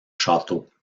château